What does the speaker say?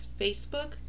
Facebook